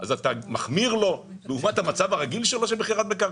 אתה מחמיר לו לעומת המצב הרגיל שלו של מכירת מקרקעין?